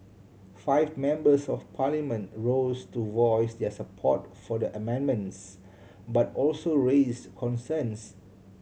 five members of Parliament rose to voice their support for the amendments but also raise concerns